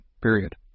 period